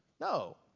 no